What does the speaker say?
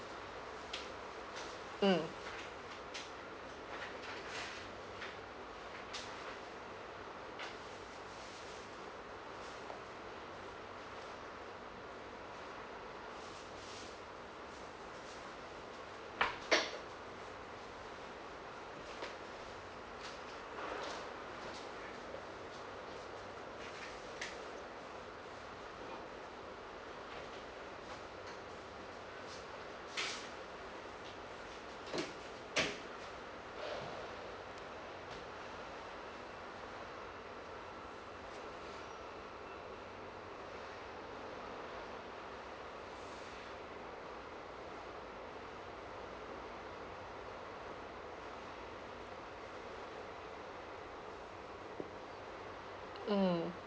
mm mm